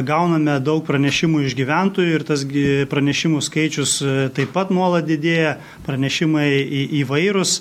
gauname daug pranešimų iš gyventojų ir tas gi pranešimų skaičius taip pat nuolat didėja pranešimai į įvairūs